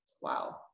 Wow